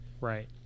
Right